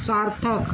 सार्थक